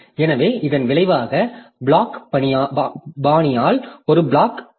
எனவே இதன் விளைவாக பிளாக் பாணியால் ஒரு பிளாக் செல்வார்கள்